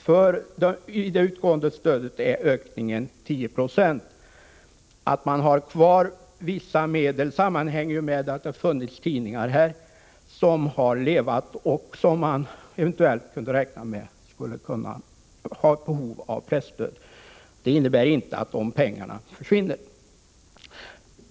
För det utgående stödet är ökningen 10 96. Att man har kvar vissa medel sammanhänger med att det har funnits tidningar som man kunde räkna med eventuellt skulle kunna ha behov av presstöd. Det innebär inte att pengarna försvinner.